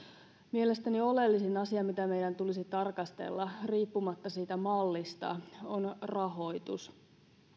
mielestäni oleellisin asia mitä meidän tulisi tarkastella riippumatta siitä mallista on rahoitus